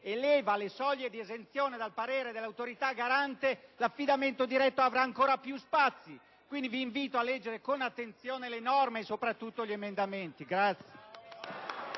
eleva le soglie di esenzione dal parere dell'Autorità garante l'affidamento diretto avrà ancora più spazi. Quindi, vi invito a leggere con attenzione le norme e, soprattutto, gli emendamenti.